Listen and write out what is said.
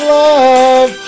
love